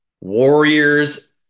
warriors